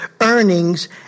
earnings